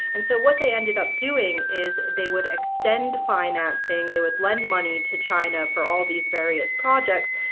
and so what they ended up doing is they would extend financing. they would lend money to china for all these various projects.